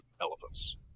elephants